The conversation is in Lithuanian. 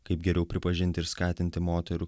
kaip geriau pripažinti ir skatinti moterų